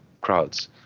crowds